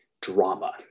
drama